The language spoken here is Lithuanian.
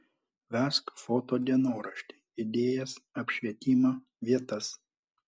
vesk foto dienoraštį idėjas apšvietimą vietas